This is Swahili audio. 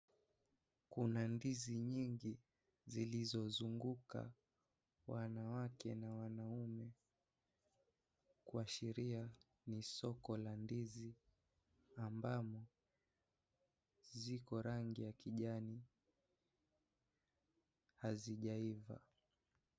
Kuna ndizi nyingi zilizozunguka wanawake na wanaume kuashiria ni soko la ndizi ambamo ziko rangi ya kijani hazijaiva.